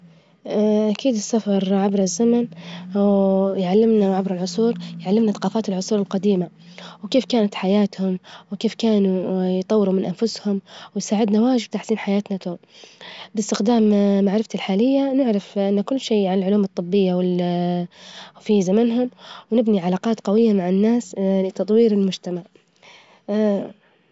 أكيد السفر عبر الزمن، و يعلمنا عبر العصور، ويعلمنا ثجافات العصور الجديمة، وكيف كانت حياتهم؟ وكيف كانوا يطوروا من أنفسهم؟ ويساعدنا واجد لتحسين حياتنا كمان، باستخدام معرفتي الحالية نعرف كل شيء عن العلوم الطبية في زمانهم، ونبني علاجات جوية مع الناس لتطوير المجتمع.